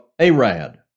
Arad